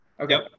Okay